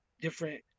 different